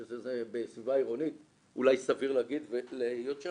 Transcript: שזה בסביבה עירונית אולי סביר להיות שם.